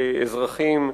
כאזרחים,